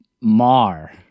mar